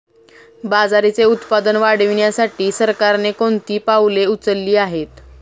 बाजरीचे उत्पादन वाढविण्यासाठी सरकारने कोणती पावले उचलली आहेत?